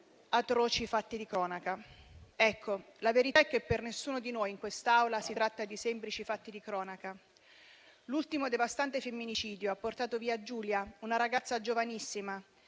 atroci fatti di cronaca. La verità è che per nessuno di noi in quest'Aula si tratta di semplici fatti di cronaca. L'ultimo devastante femminicidio ha portato via Giulia, una ragazza giovanissima,